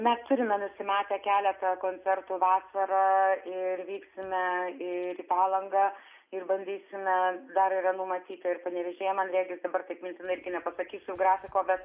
mes turime nusimatę keletą koncertų vasarą ir vyksime ir į palangą ir bandysime dar yra numatyta ir panevėžyje man regis dabar taip mintinai nepasakysiu grafiko bet